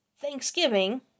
Thanksgiving